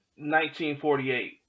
1948